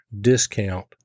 discount